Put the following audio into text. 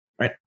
Right